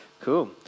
Cool